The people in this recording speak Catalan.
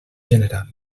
general